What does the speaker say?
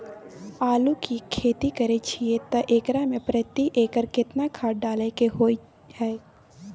आलू के खेती करे छिये त एकरा मे प्रति एकर केतना खाद डालय के होय हय?